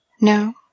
No